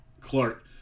Clark